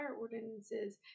ordinances